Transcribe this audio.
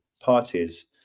parties